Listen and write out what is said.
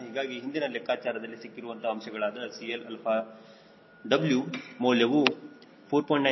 ಹೀಗಾಗಿ ಹಿಂದಿನ ಲೆಕ್ಕಾಚಾರದಲ್ಲಿ ಸಿಕ್ಕಿರುವಂತಹ ಅಂಶಗಳಾದ CLwಮೌಲ್ಯವು 4